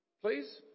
Please